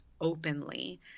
openly